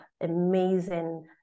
amazing